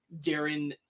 darren